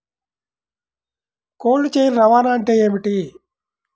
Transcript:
Cold chain రవాణా అంటే ఏమిటీ?